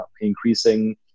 increasing